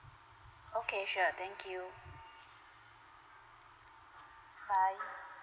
okay sure thank you bye